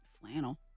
flannel